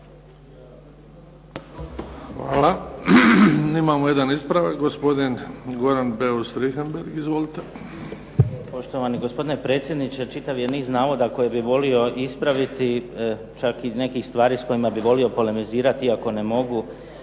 Hvala. Imamo jedan ispravak, gospodin Goran Beus Richembergh. Izvolite. **Beus Richembergh, Goran (HNS)** Poštovani gospodine predsjedniče. Čitav je niz navoda koje bih volio ispraviti, čak i nekih stvari s kojima bih volio polemizirati iako ne mogu.